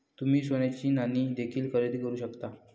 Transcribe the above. तुम्ही सोन्याची नाणी देखील खरेदी करू शकता